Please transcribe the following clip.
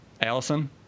Allison